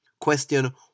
Question